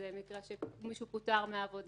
זה מקרה שמישהו פוטר מהעבודה,